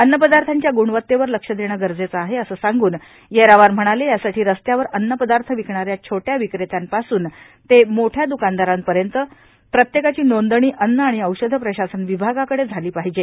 अन्नपदार्थांच्या ग्णवत्तेवर लक्ष देणे गरजेचे आहे असे सांगून येरावार म्हणाले यासाठी रस्त्यावर अन्नपदार्थ विकणाऱ्या छोट्या विक्रेत्यांपासून ते मोठ्या द्वकानदारापर्यंत प्रत्येकाची नोंदणी अन्न आणि औषध प्रशासन विभागाकडे झाली पाहिजे